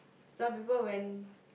some people when